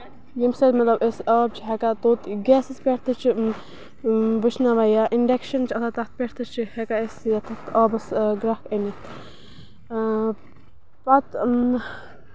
ییٚمہِ سۭتۍ مطلب أسۍ آب چھِ ہٮ۪کان توت گیسَس پٮ۪ٹھ تہِ چھِ وٕشناوان یا اِنڈَکشَن چھُ آسان تَتھ پٮ۪ٹھ تہِ چھِ ہٮ۪کان أسۍ آبَس گرٮ۪کھ أنِتھ اۭں پَتہٕ